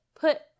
put